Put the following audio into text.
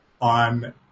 on